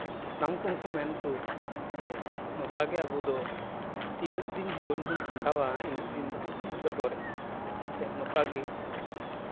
ᱦᱟᱯᱲᱟᱢ ᱠᱚᱦᱚᱸ ᱠᱚ ᱢᱮᱱ ᱦᱚᱴᱚᱣ ᱠᱟᱜᱼᱟ ᱡᱮ ᱱᱚᱝᱠᱟ ᱜᱮ ᱟᱵᱚ ᱫᱚ ᱛᱤᱱᱟᱹᱜ ᱫᱤᱱ ᱡᱤᱭᱚᱱ ᱵᱚᱱ ᱠᱷᱟᱸᱰᱟᱣᱟ ᱩᱱᱟᱹᱜ ᱫᱤᱱ ᱫᱚ ᱦᱟᱸᱜ ᱵᱚᱱ ᱪᱚᱰᱚᱨᱮᱫᱼᱟ ᱥᱮ ᱱᱚᱝᱠᱟ ᱜᱮ